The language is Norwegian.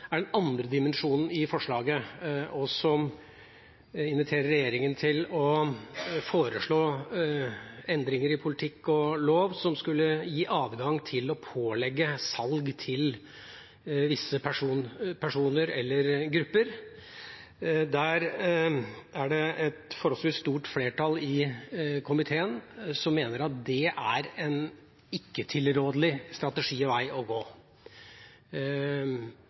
lov som skal gi adgang til å pålegge salg til visse personer eller grupper. Der er det et forholdsvis stort flertall i komiteen som mener at det ikke er en tilrådelig strategi og vei å gå.